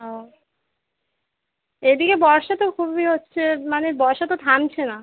ও এদিকে বর্ষা তো খুবই হচ্ছে মানে বর্ষা তো থামছে না